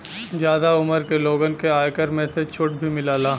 जादा उमर के लोगन के आयकर में से छुट भी मिलला